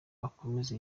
akomeze